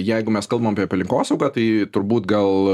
jeigu mes kalbam apie aplinkosaugą tai turbūt gal